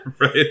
right